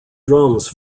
drums